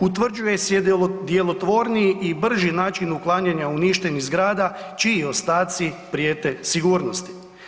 Utvrđuje se djelotvorniji i brži način uklanjanja uništenih zgrada čiji ostaci prijete sigurnosti.